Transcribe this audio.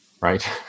Right